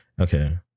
Okay